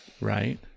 right